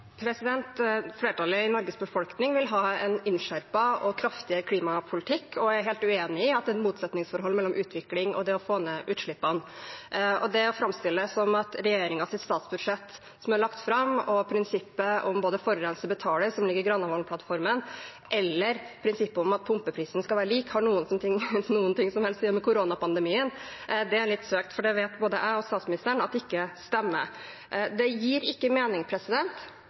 Flertallet av Norges befolkning vil ha en innskjerpet og kraftigere klimapolitikk, og jeg er helt uenig i at det er et motsetningsforhold mellom utvikling og det å få ned utslippene. Det å framstille det som om det statsbudsjettet regjeringen har lagt fram, og prinsippet om at forurenser betaler, som ligger i Granavolden-plattformen, eller prinsippet om at pumpeprisen skal være lik, har noe som helst å gjøre med koronapandemien, er litt søkt, for det vet både jeg og statsministeren ikke stemmer. Det gir ikke mening